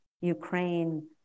Ukraine